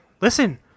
listen